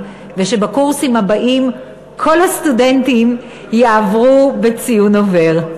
ושבקורסים הבאים כל הסטודנטים יעברו בציון עובר.